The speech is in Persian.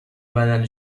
بدن